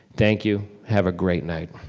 thank you, have a great night,